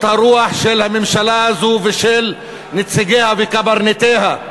הרוח של הממשלה הזאת ושל נציגיה וקברניטיה.